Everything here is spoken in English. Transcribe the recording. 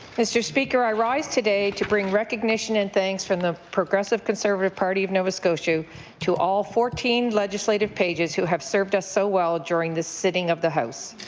mr. speaker, i rise today to bring recognition and thanks from the progressive conservative party of nova scotia to all fourteen legislative pages who have served us so well during this sitting of the house.